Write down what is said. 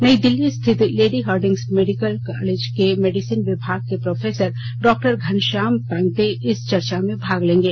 नई दिल्लीं स्थित लेडी हार्डिंग्स मेडिकल कॉलेज के मेडिसन विभाग के प्रोफेसर डॉक्टर घनश्याम पांगटे इस चर्चा में भाग लेंगे